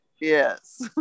yes